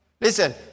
Listen